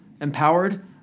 empowered